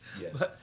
Yes